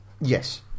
Yes